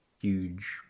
huge